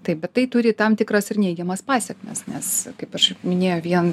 taip bet tai turi tam tikras ir neigiamas pasekmes nes kaip aš minėjau vien